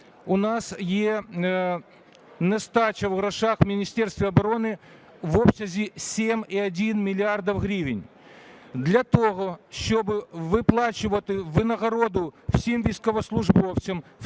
у нас є нестача в грошах в Міністерстві оборони в обсязі 7,1 мільярда гривень. Для того, щоби виплачувати винагороду всім військовослужбовцям,